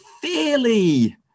fairly